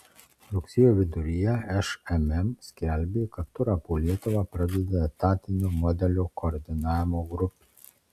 rugsėjo viduryje šmm skelbė kad turą po lietuvą pradeda etatinio modelio koordinavimo grupė